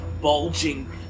bulging